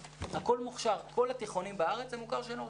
כל התיכונים בארץ הם מוכר שאינו רשמי,